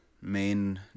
main